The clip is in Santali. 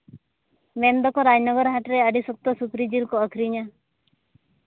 ᱢᱮᱱ ᱫᱚᱠᱚ ᱨᱟᱡᱽᱱᱚᱜᱚᱨ ᱦᱟᱴᱨᱮ ᱟᱹᱰᱤ ᱥᱚᱠᱛᱚ ᱥᱩᱠᱨᱤ ᱡᱤᱞ ᱠᱚ ᱟᱹᱠᱷᱨᱤᱧᱟ